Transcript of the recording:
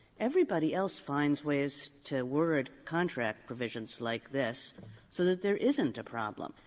everybody else finds ways to word contract provisions like this so that there isn't a problem.